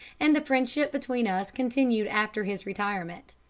and the friendship between us continued after his retirement.